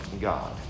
God